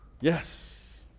Yes